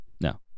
No